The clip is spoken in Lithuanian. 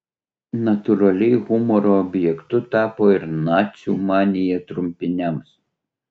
natūraliai humoro objektu tapo ir nacių manija trumpiniams